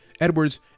Edwards